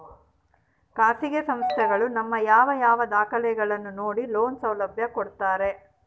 ಖಾಸಗಿ ಸಂಸ್ಥೆಗಳು ನಮ್ಮ ಯಾವ ಯಾವ ದಾಖಲೆಗಳನ್ನು ನೋಡಿ ಲೋನ್ ಸೌಲಭ್ಯ ಕೊಡ್ತಾರೆ?